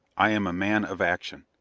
i am a man of action.